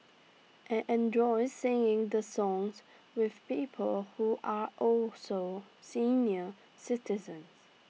I enjoy sing the songs with people who are also senior citizens